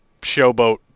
showboat